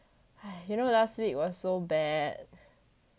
you know last week was so bad